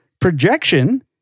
projection